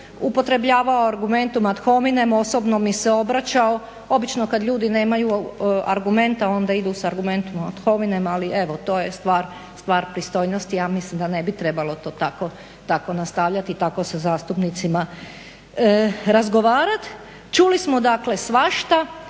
upotrebljavao je argumentum ad hominem, osobno mi se obraćao. Obično kad ljudi nemaju argumente onda idu s argumentum ad hominem, ali evo to je stvar pristojnosti. Ja mislim da ne bi trebalo to tako nastavljati i tako sa zastupnicima razgovarati. Čuli smo dakle svašta,